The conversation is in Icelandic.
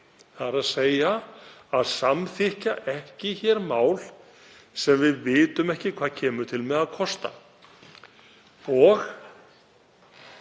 vakti, þ.e. að samþykkja ekki mál sem við vitum ekki hvað kemur til með að kosta.